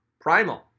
primal